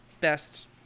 best